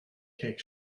cake